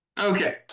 Okay